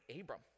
abram